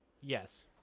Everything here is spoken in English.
Yes